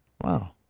Wow